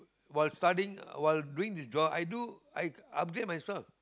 while studying while doing the job i do I upgrade myself